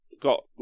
got